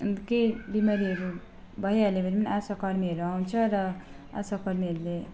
अन्त केही बिमारीहरू भइहाल्यो भने पनि आशा कर्मीहरू आउँछ र आशा कर्मीहरूले